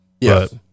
Yes